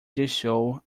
deixou